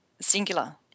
singular